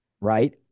right